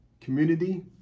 community